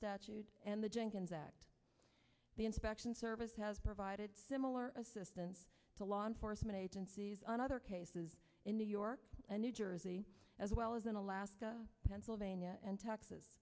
and the jenkins act the inspection service has provided similar assistance to law enforcement agencies on other cases in new york and new jersey as well as in alaska pennsylvania and texas